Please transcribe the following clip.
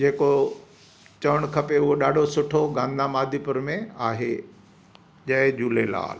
जेको चवणु खपे हूअ ॾाढो सुठो गांधीधाम आदिपुर में आहे जय झूलेलाल